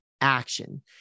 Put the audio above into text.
action